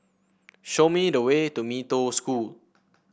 show me the way to Mee Toh School